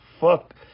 Fuck